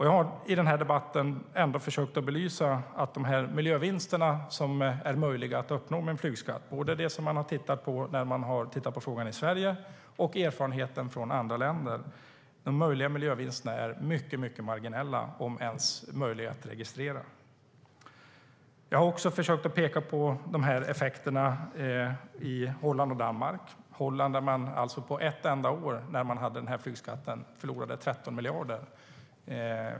Jag har i denna debatt försökt belysa att de miljövinster som är möjliga att uppnå med en flygskatt, både när det gäller det som man har tittat på i Sverige och erfarenheten från andra länder, är mycket marginella, om ens möjliga att registrera. Jag har också försökt peka på effekterna i Holland och Danmark. I Holland förlorade man på ett enda år med flygskatt 13 miljarder.